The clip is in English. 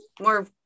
more